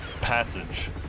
Passage